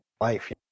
life